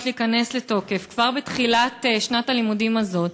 להיכנס לתוקף כבר בתחילת שנת הלימודים הזאת,